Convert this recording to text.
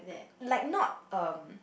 like not um